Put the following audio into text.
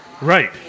Right